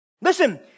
Listen